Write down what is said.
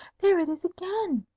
there it is again!